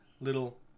little